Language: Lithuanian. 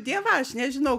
dievaž nežinau